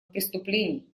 преступлений